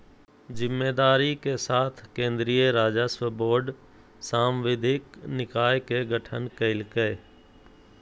जिम्मेदारी के साथ केन्द्रीय राजस्व बोर्ड सांविधिक निकाय के गठन कइल कय